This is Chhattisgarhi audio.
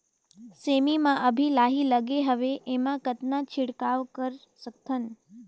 सेमी म अभी लाही लगे हवे एमा कतना छिड़काव कर सकथन?